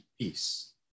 peace